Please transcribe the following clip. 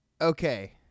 Okay